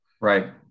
Right